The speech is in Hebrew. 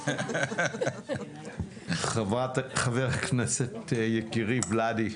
חבר הכנסת, יקירי ולדי.